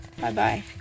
Bye-bye